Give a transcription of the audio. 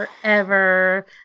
forever